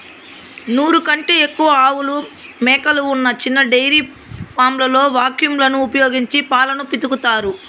నూరు కంటే ఎక్కువ ఆవులు, మేకలు ఉన్న చిన్న డెయిరీ ఫామ్లలో వాక్యూమ్ లను ఉపయోగించి పాలను పితుకుతారు